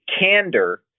candor